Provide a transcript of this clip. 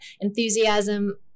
enthusiasm